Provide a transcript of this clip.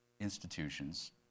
institutions